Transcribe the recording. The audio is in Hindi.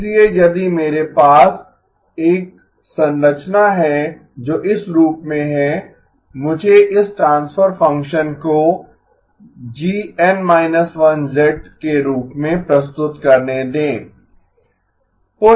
इसलिए यदि मेरे पास एक संरचना है जो इस रूप में है मुझे इस ट्रांसफर फंक्शन को GN −1 के रूप में प्रस्तुत करने दें